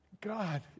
God